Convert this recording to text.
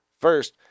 First